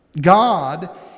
God